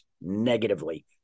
negatively